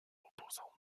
opposant